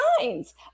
signs